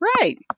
Right